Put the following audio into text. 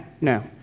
no